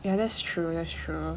yeah that's true that's true